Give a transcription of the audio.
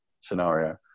scenario